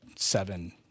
seven